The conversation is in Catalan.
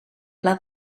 pla